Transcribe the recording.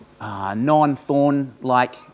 non-thorn-like